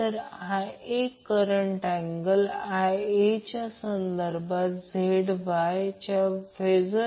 तर हा एक Vbn आहे जो Vbn Vnb असे आपण इथे लिहू शकतो